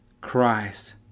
Christ